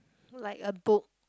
like a book